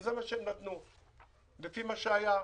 וזה מה שהם נתנו, לפי מה שהיה.